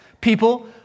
people